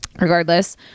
regardless